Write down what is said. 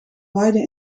waaide